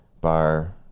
Bar